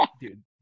dude